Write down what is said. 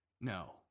No